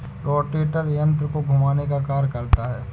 rotator यन्त्र को घुमाने का कार्य करता है